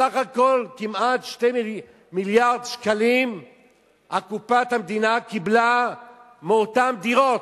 בסך הכול כמעט 2 מיליארד שקלים קופת המדינה קיבלה מאותן דירות.